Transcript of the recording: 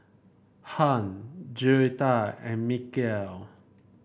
Hunt Joetta and Mikel